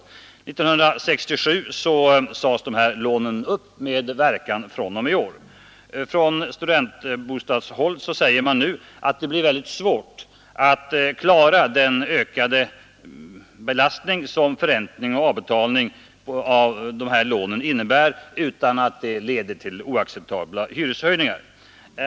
År 1967 sades de lånen upp med verkan fr.o.m. i år. Från studentbostadshåll säger man nu att det blir väldigt svårt att klara den ökade belastning som förräntningen av och avbetalningen på dessa lån innebär, utan att detta leder till oacceptabla hyreshöjningar.